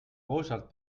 mozart